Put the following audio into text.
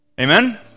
Amen